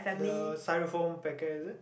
the Styrofoam packet is it